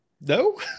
No